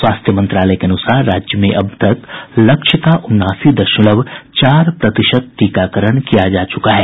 स्वास्थ्य मंत्रालय के अनुसार राज्य में अब तक लक्ष्य का उनासी दशमलव चार प्रतिशत टीकाकरण किया जा चुका है